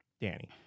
Danny